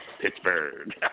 Pittsburgh